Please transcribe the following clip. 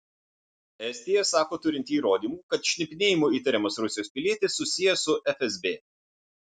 estija sako turinti įrodymų kad šnipinėjimu įtariamas rusijos pilietis susijęs su fsb